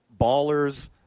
ballers